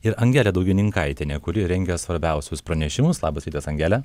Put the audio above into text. ir angelė daugininkaitienė kuri rengia svarbiausius pranešimus labas rytas angele